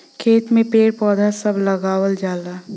खेत में पेड़ पौधा सभ लगावल जाला